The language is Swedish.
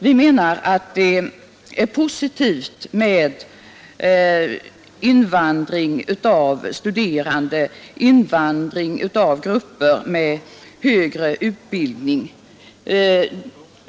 Vi anser att det är positivt med en invandring av människor med högre utbildning.